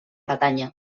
bretanya